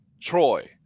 Troy